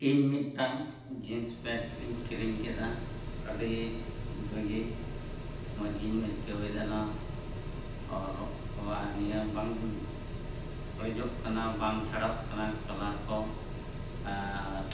ᱤᱧ ᱢᱤᱫᱴᱟᱝ jeans pant ᱤᱧ ᱠᱤᱨᱤᱧ ᱠᱮᱫᱟ ᱟᱹᱰᱤ ᱵᱷᱟᱹᱜᱤ ᱢᱚᱡᱽ ᱜᱤᱧ ᱟᱹᱭᱠᱟᱹᱣᱮᱫᱟ ᱱᱚᱣᱟ ᱦᱚᱨᱚᱜ ᱱᱤᱭᱟᱹ ᱵᱟᱝ ᱚᱲᱮᱡᱚᱜ ᱠᱟᱱᱟ ᱵᱟᱝ ᱪᱷᱟᱲᱟᱜ ᱠᱟᱱᱟ ᱠᱟᱞᱟᱨ ᱠᱚ ᱟᱨ